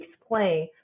explain